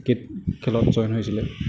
cricket খেলত join হৈছিলে